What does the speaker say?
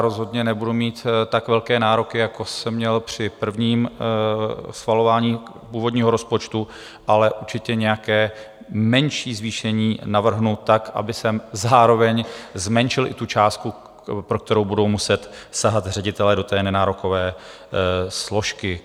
Rozhodně nebudu mít tak velké nároky, jako jsem měl při prvním schvalování původního rozpočtu, ale určitě nějaké menší zvýšení navrhnu tak, abych zároveň zmenšil i částku, pro kterou budou muset sahat ředitelé do nenárokové složky.